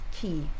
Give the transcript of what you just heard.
key